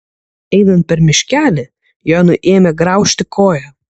einant per miškelį jonui ėmė graužti koją